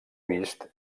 vist